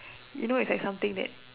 you know it's like something that